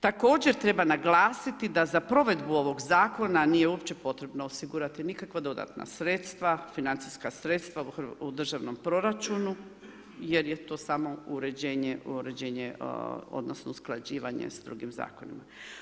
Također treba naglasiti da za provedbu ovog zakona, nije uopće potrebno osigurati nikakvo dodatna sredstva, financijska sredstva u državnom proračunu, jer je to samo uređenje odnosno, usklađivanje s drugim zakonima.